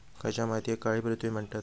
खयच्या मातीयेक काळी पृथ्वी म्हणतत?